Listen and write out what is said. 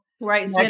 Right